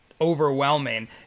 Overwhelming